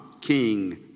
King